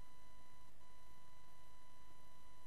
מביתו